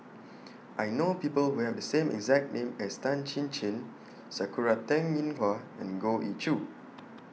I know People Who Have The same exact name as Tan Chin Chin Sakura Teng Ying Hua and Goh Ee Choo